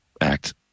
act